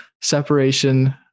separation